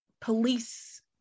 police